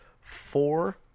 four